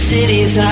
Cities